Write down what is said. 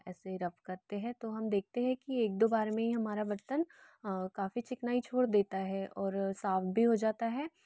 ऐसे रब करते है तो हम देखते हैं कि एक दो बार ही हमारा बर्तन काफ़ी चिकनाई छोड़ देता है और साफ़ भी हो जाता है